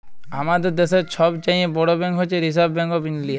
আমাদের দ্যাশের ছব চাঁয়ে বড় ব্যাংক হছে রিসার্ভ ব্যাংক অফ ইলডিয়া